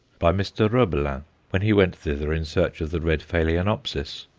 by mr. roebelin when he went thither in search of the red phaloenopsis,